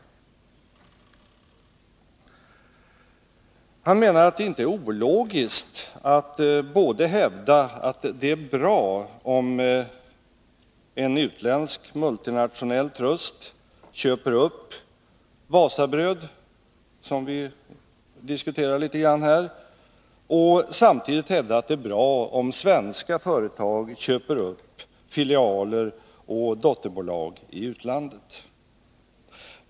Rolf Wirtén menar att det inte är ologiskt att hävda att det är bra både om en utländsk multinationell trust köper upp Wasabröd — som vi har varit inne på här — och om svenska företag köper upp filialer och dotterbolag i utlandet.